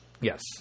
Yes